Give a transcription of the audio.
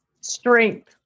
Strength